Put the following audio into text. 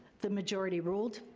the majority ruled.